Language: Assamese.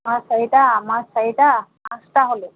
তোমাৰ চাৰিটা আমাৰ চাৰিটা আঠটা হ'লোঁ